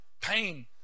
pain